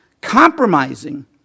compromising